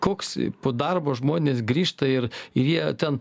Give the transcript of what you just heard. koks po darbo žmonės grįžta ir ir jie ten